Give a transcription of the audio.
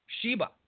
Sheba